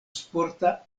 sporta